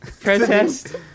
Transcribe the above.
protest